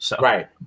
Right